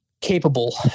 Capable